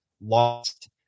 lost